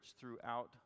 throughout